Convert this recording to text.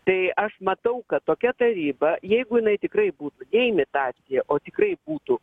tai aš matau kad tokia taryba jeigu jinai tikrai būtų ne imitacija o tikrai būtų